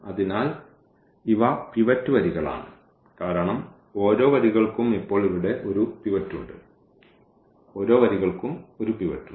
അതിനാൽ ഇവ പിവറ്റ് വരികളാണ് കാരണം ഓരോ വരികൾക്കും ഇപ്പോൾ ഇവിടെ ഒരു പിവറ്റ് ഉണ്ട് ഓരോ വരികൾക്കും ഒരു പിവറ്റ് ഉണ്ട്